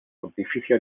pontificia